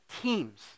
teams